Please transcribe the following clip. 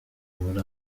muri